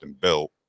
built